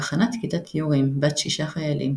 בהכנת כיתת יורים בת שישה חיילים,